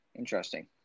Interesting